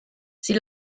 sie